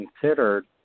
considered